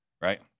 Right